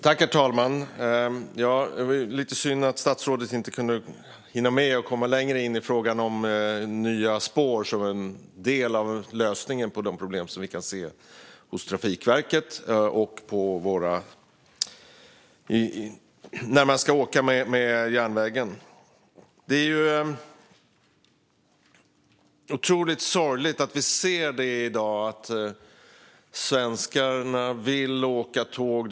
Herr talman! Det var lite synd att statsrådet inte hann komma längre in i frågan om nya spår som en del av lösningen på de problem som vi kan se hos Trafikverket när man ska åka tåg. Det är otroligt sorgligt att vi ser det i dag. Svenskarna vill åka tåg.